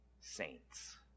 Saints